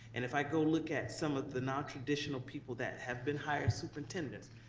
and if i go look at some of the nontraditional people that have been hired superintendents,